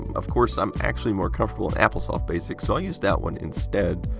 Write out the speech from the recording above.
of course, i'm actually more comfortable in applesoft basic, so i'll use that one instead.